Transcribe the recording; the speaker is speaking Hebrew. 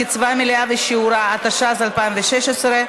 חבר הכנסת אורן אסף חזן,